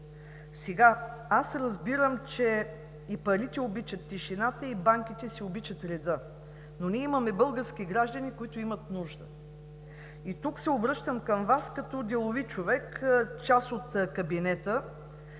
Аз разбирам, че и парите обичат тишината, и банките си обичат реда, но имаме български граждани, които имат нужда. И тук се обръщам към Вас като делови човек, част от кабинета: